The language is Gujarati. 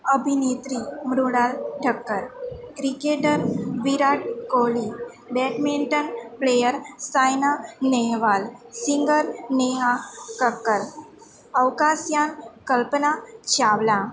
અભિનેત્રી Mrunal Thakkar cricketer Virat Kohli badminton player Saina Nehwal singer Neha Kakkar અવકાશયાન કલ્પના ચાવલા